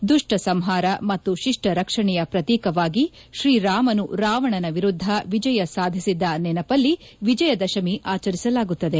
ದುಷ್ಟ ಸಂಹಾರ ಮತ್ತು ಶಿಷ್ವ ರಕ್ಷಣೆಯ ಪ್ರತೀಕವಾಗಿ ಶ್ರೀರಾಮನು ರಾವಣನ ವಿರುದ್ದ ವಿಜಯ ಸಾಧಿಸಿದ ನೆನಪಲ್ಲಿ ವಿಜಯದಶಮಿ ಆಚರಿಸಲಾಗುತ್ತದೆ